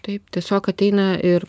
taip tiesiog ateina ir